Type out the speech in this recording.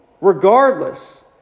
Regardless